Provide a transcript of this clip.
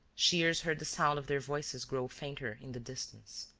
shears heard the sound of their voices grow fainter in the distance.